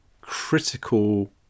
critical